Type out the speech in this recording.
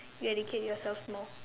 you educate yourself more